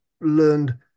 learned